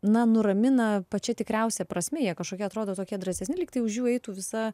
na nuramina pačia tikriausia prasme jie kažkokie atrodo tokie drąsesni lygtai už jų eitų visa